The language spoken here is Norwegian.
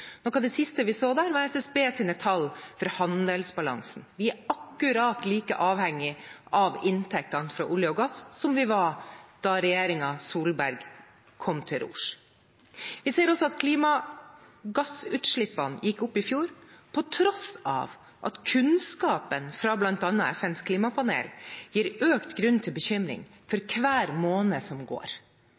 Noe av det siste vi så der, var SSBs tall for handelsbalansen. Vi er akkurat like avhengig av inntektene fra olje og gass som vi var da regjeringen Solberg kom til rors. Vi ser også at klimagassutslippene gikk opp i fjor, på tross av at kunnskapen fra bl.a. FNs klimapanel gir økt grunn til bekymring for hver måned som går.